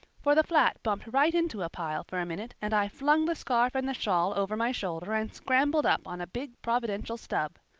for the flat bumped right into a pile for a minute and i flung the scarf and the shawl over my shoulder and scrambled up on a big providential stub.